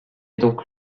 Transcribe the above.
donc